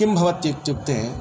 किं भवतीत्युक्ते